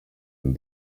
and